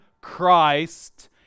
Christ